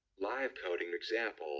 live coding example,